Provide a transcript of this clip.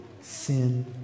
Sin